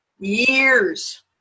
years